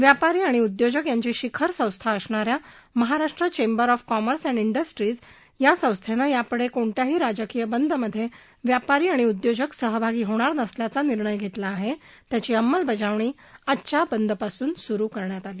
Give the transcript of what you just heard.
व्यापारी उद्योजक यांची शिखर संस्था असणाऱ्या Maharashtra chamber of commerce and industries या संस्थेनं यापुढे कोणत्याही राजकीय बंदमध्ये व्यापारी उद्योजक सहभागी होणार नसल्याचा निर्णय घेतला आहे याची अंमलबजावणी आजच्या बंदपासून सुरू करण्यात आली